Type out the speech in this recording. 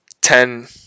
ten